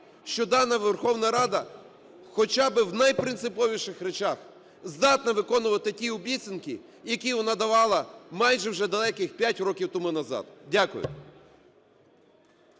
що дана Верховна Рада хоча би в найпринциповіших речах здатна виконувати ті обіцянки, які надавала майже вже далеких 5 років тому назад. Дякую.